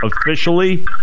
officially